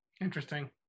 Interesting